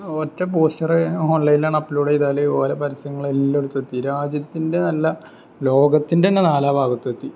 ആ ഒറ്റ പോസ്റ്ററ് ഓൺലൈണിൽ അപ്ലോഡ് ചെയ്താൽ ഓലെ പരസ്യങ്ങൾ എല്ലായിടത്തും എത്തി രാജ്യത്തിൻ്റെ അല്ല ലോകത്തിൻ്റെ തന്നെ നാനാ ഭാഗത്തുമെത്തി